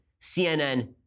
CNN